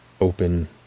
open